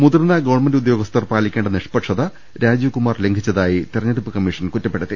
മുതിർന്ന ഗവൺമെന്റ് ഉദ്യോഗസ്ഥർ പാലിക്കേണ്ട നിഷ്പക്ഷത രാജീവ്കു മാർ ലംഘിച്ചതായി തെരഞ്ഞെടുപ്പ് കമ്മീഷൻ കുറ്റപ്പെടുത്തി